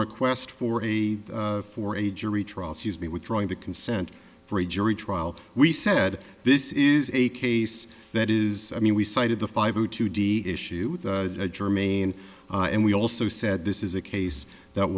request for a for a jury trial she's been withdrawing the consent for a jury trial we said this is a case that is i mean we cited the five issue jermaine and we also said this is a case that